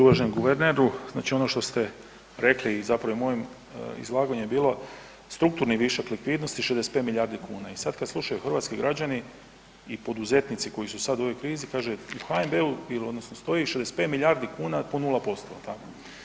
Uvaženi guverneru, znači ono što ste rekli i zapravo je moje izlaganje bilo, strukturni višak likvidnosti, 65 milijardi kuna i sad kad slušaju hrvatski građani i poduzetnici koji su sad u ovoj krizi, u HNB-u ili .../nerazumljivo/... stoji 65 milijardi kuna po 0%, je li tako?